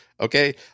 Okay